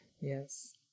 Yes